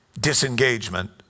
disengagement